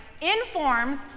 informs